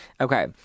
okay